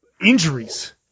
injuries